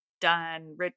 done